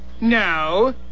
No